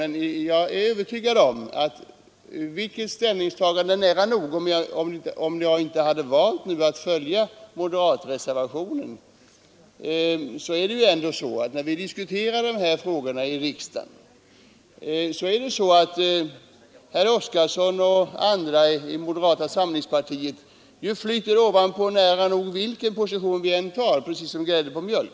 Men jag är övertygad om att även om jag nu inte hade valt att reservera mig så är det ändå så, när vi diskuterar försvarsfrågor i riksdagen, att herr Oskarson och andra i moderata samlingspartiet lägger sig högst eller flyter ovanpå precis som grädden på mjölk.